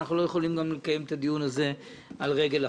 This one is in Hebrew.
אנחנו לא יכולים לקיים את הדיון הזה על רגל אחת.